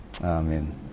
Amen